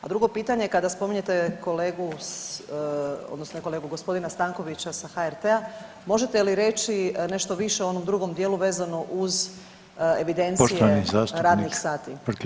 A drugo pitanje je kada spominjete kolegu odnosno ne kolegu, g. Stankovića sa HRT-a možete li reći nešto više o onom drugom dijelu vezano uz evidencije radnih sati?